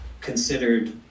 considered